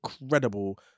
incredible